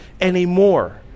anymore